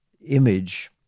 image